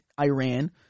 Iran